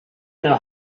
know